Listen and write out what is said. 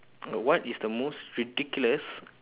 what is the most ridiculous